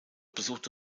besuchte